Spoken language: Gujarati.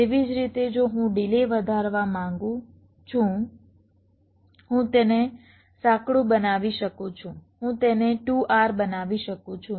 તેવી જ રીતે જો હું ડિલે વધારવા માંગું છું હું તેને સાંકડું બનાવી શકું છું હું તેને 2R બનાવી શકું છું